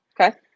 Okay